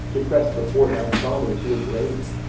to press before thy father to a grave?